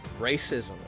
racism